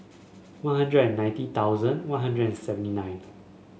One Hundred ninety thousand One Hundred seventy nine